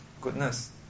goodness